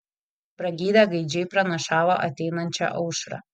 pragydę gaidžiai pranašavo ateinančią aušrą